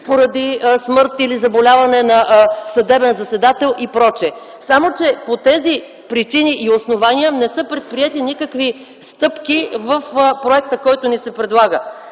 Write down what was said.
поради смърт или заболяване на съдебен заседател и прочие, само че по тези причини и основания не са предприети никакви стъпки в проекта, който ни се предлага.